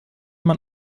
man